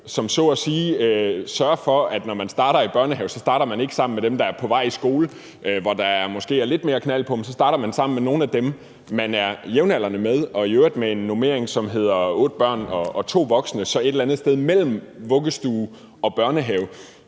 de så at sige sørger for, at når man starter i børnehaven, starter man ikke sammen med dem, der er på vej i skole, hvor der måske er lidt mere knald på, men så starter man sammen med nogle af dem, man er jævnaldrende med, og i øvrigt med en normering, som hedder otte børn og to voksne, altså et eller andet sted imellem vuggestue og børnehave